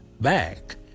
back